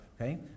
okay